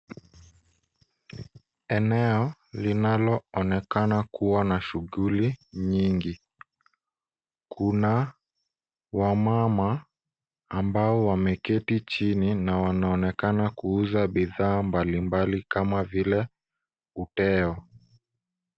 Eneo linaloonekana kuwa na shughuli nyingi. Kuna wamama ambao wameketi chini na wanaonekana kuuza bidhaa mbalimbali, kama vile uteo.